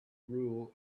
rule